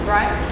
Right